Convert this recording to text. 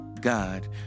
God